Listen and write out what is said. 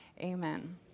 Amen